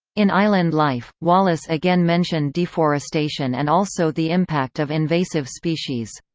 in island life, wallace again mentioned deforestation and also the impact of invasive species.